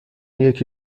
یکی